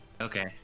Okay